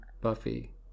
Buffy